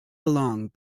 along